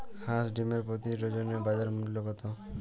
হাঁস ডিমের প্রতি ডজনে বাজার মূল্য কত?